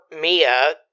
Mia